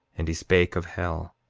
and he spake of hell,